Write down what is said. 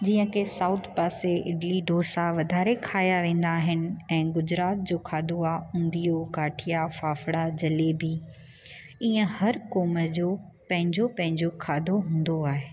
जीअं की साउथ पासे इडली डोसा वाधारे खाया वेंदा आहिनि ऐं गुजरात जो खाधो आहे उंधियो गाठिया फाफड़ा जलेबी ईअं हर क़ौम जो पंहिंजो पंहिंजो खाधो हूंदो आहे